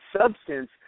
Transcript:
substance